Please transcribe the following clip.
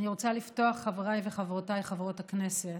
אני רוצה לפתוח, חבריי וחברותיי חברות הכנסת,